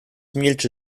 milczy